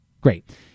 Great